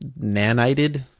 Nanited